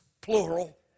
plural